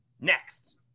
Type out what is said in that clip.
next